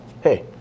hey